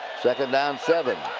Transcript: second down, seven.